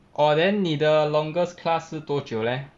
orh then 你的 longest class 是多久 leh